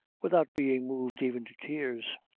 without being moved even to tears.